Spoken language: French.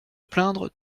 plaindre